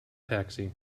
taxi